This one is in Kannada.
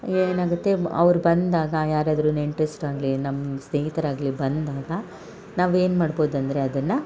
ಏನಾಗುತ್ತೆ ಅವ್ರು ಬಂದಾಗ ಯಾರಾದರು ನೆಂಟ್ರಿಸ್ಟ್ರಾಗಲಿ ನಮ್ಮ ಸ್ನೇಹಿತರಾಗಲಿ ಬಂದಾಗ ನಾವು ಏನು ಮಾಡ್ಬೋದು ಅಂದರೆ ಅದನ್ನು